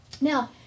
Now